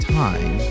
time